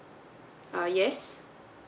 uh yes